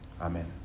Amen